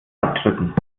abdrücken